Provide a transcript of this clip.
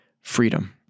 freedom